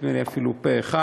נדמה לי, אפילו פה-אחד.